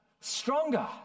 Stronger